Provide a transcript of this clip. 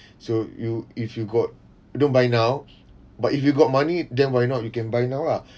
so you if you got don't buy now but if you got money then why not you can buy now lah